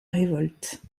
révolte